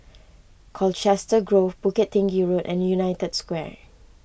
Colchester Grove Bukit Tinggi Road and United Square